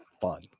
fun